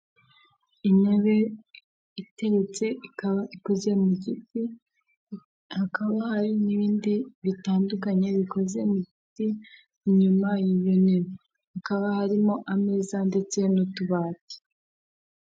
Intebe iteretse ikaba ikoze mu giti hakaba hari n'ibindi bitandukanye bikoze mu giti, inyuma y'iyo ntebe, hakaba harimo ameza ndetse n'utubati.